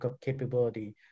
capability